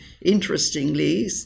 interestingly